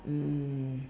mm